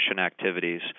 activities